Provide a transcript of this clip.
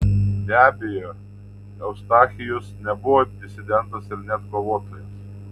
be abejo eustachijus nebuvo disidentas ir net kovotojas